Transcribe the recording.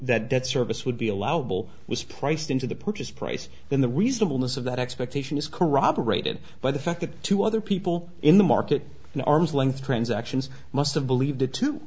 that that service would be allowable was priced into the purchase price in the reasonable missive that expectation is corroborated by the fact that two other people in the market an arm's length transactions must have believed it to